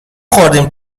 خوردیم